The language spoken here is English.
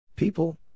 People